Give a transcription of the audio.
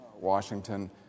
Washington